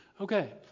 Okay